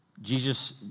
Jesus